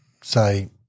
say